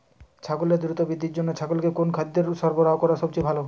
ছাগলের দ্রুত বৃদ্ধির জন্য ছাগলকে কোন কোন খাদ্য সরবরাহ করা সবচেয়ে ভালো?